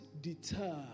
deter